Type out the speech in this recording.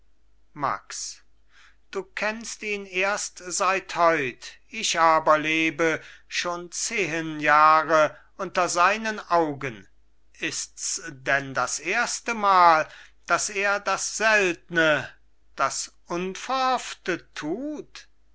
max du kennst ihn erst seit heut ich aber lebe schon zehen jahre unter seinen augen ists denn das erstemal daß er das seltne das ungehoffte tut